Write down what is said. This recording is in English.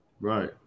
Right